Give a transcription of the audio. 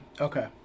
Okay